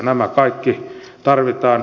nämä kaikki tarvitaan